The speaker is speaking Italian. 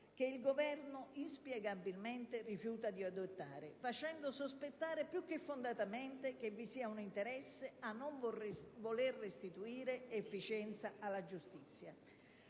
che il Governo inspiegabilmente rifiuta di adottare, facendo sospettare più che fondatamente che vi sia un interesse a non voler restituire efficienza alla giustizia.